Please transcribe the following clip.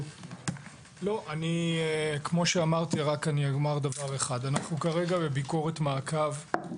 כמו שאמרתי, אנחנו כרגע בביקורת מעקב.